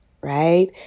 right